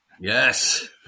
Yes